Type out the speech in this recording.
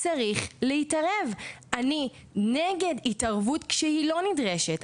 אני נגד התערבות כשהיא לא נדרשת.